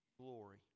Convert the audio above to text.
glory